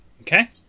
Okay